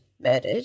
murdered